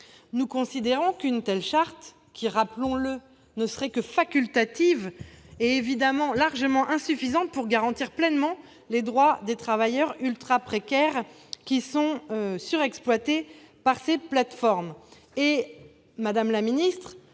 nous considérons qu'une telle charte, qui, rappelons-le, ne serait que facultative, est évidemment largement insuffisante pour garantir pleinement les droits des travailleurs ultraprécaires qui sont surexploités par ces plateformes.